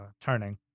turning